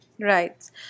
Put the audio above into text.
Right